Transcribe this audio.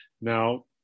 Now